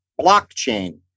Blockchain